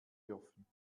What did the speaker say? dürfen